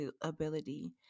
ability